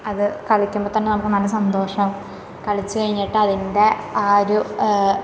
അത് കളിക്കുമ്പം തന്നെ നമുക്ക് നല്ല സന്തോഷം കളിച്ച് കഴിഞ്ഞിട്ട് അതിൻ്റെ ആ ഒരു